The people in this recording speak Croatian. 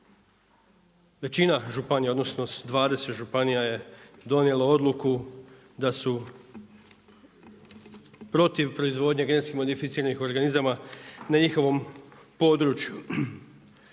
Većina županija odnosno 20 županija je donijelo odluku da su protiv proizvodnje GMO na njihovom području.